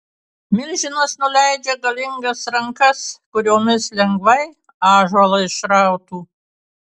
milžinas nuleidžia galingas rankas kuriomis lengvai ąžuolą išrautų